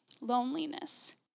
loneliness